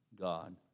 God